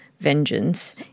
vengeance